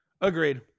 Agreed